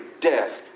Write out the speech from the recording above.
death